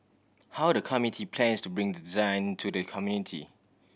how the committee plans to bring design to the community